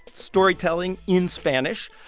storytelling, in spanish.